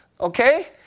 Okay